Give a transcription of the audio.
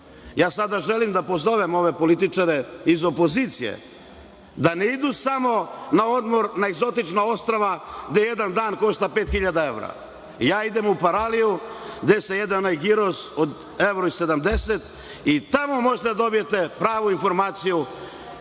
godina. Sada želim da pozovem ove političare iz opozicije da ne idu samo na odmor na egzotična ostrva gde jedan dan košta od 5.000 evra - ja idem u Paraliju gde se jede giros od 1,70 evra i tamo možete da dobijete pravu informaciju